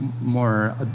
more